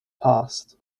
past